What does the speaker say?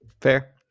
Fair